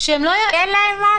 תן להם משהו.